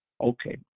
Okay